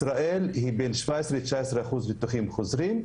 בישראל יש בין 17 ל-19 אחוז של ניתוחים חוזרים.